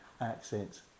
accents